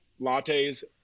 lattes